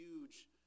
huge